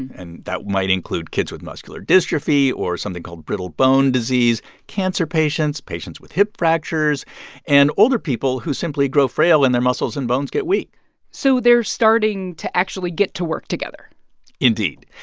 and that might include kids with muscular dystrophy or something called brittle bone disease, cancer patients, patients with hip fractures and older people who simply grow frail, and their muscles and bones get weak so they're starting to actually get to work together indeed.